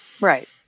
right